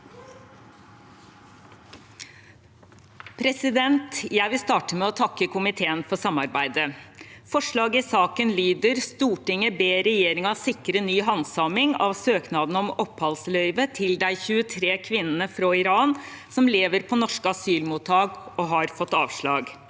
sa- ken): Jeg vil starte med å takke komiteen for samarbeidet. Forslaget i saken lyder: «Stortinget ber regjeringa sikre ny handsaming av søknadene om opphaldsløyve til dei 23 kvinne ne frå Iran som lever på norske asylmottak og har fått avslag.»